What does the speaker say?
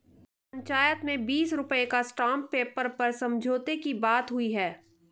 पंचायत में बीस रुपए का स्टांप पेपर पर समझौते की बात हुई है